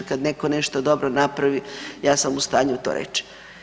Kad netko nešto dobro napravi ja sam u stanju to reći.